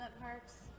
parks